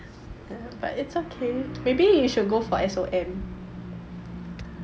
but it's okay maybe you should go for S_O_M